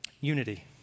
Unity